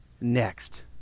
next